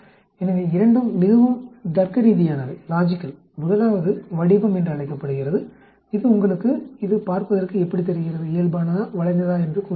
எனவே இரண்டும் மிகவும் தர்க்கரீதியானவை முதலாவது வடிவம் என்று அழைக்கப்படுகிறது இது உங்களுக்கு இது பார்ப்பதற்கு எப்படித் தெரிகிறது இயல்பானதா வளைந்ததா என்று கூறுகிறது